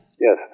Yes